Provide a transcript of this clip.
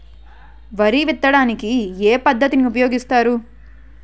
వరి విత్తడానికి ఏ పద్ధతిని ఉపయోగిస్తారు?